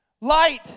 light